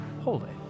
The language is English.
holy